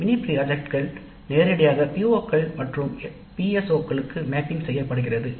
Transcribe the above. mini திட்டம் நேரடியாக பிஓக்கள் மற்றும் பிஎஸ்ஓக்களுக்கு மேப்பிங் செய்யப்படுகிறது